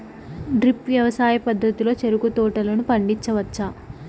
drip వ్యవసాయ పద్ధతిలో చెరుకు తోటలను పండించవచ్చా